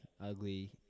Ugly